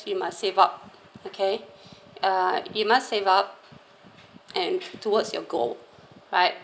you must save up okay uh you must save up and towards your goal right